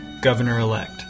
Governor-Elect